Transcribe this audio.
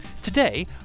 Today